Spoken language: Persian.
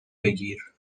بگیر